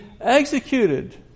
executed